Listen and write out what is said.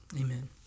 Amen